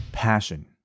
passion